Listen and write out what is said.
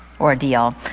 ordeal